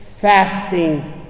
fasting